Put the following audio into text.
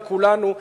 לכולנו,